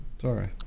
Sorry